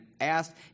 asked